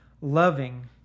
loving